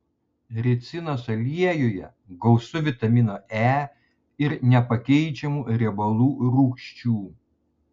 ricinos aliejuje gausu vitamino e ir nepakeičiamų riebalų rūgščių